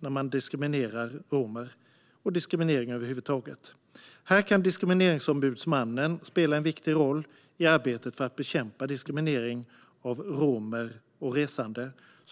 där man diskriminerar romer heter, och mot diskriminering över huvud taget. Här kan Diskrimineringsombudsmannen spela en viktig roll i arbetet för att bekämpa diskriminering av romer och resande.